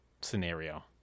scenario